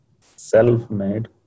self-made